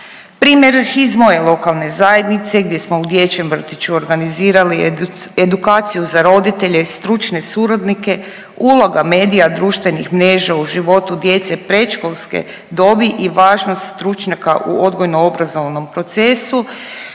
Primjer iz moje lokalne zajednice gdje smo u dječjem vrtiću organizirali edukaciju za roditelje i stručne suradnike, uloga medija i društvenih mreža u životu djece predškolske dobi i važnost stručnjaka u odgojno-obrazovnom procesu